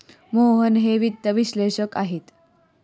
मोहन हे वित्त विश्लेषक आहेत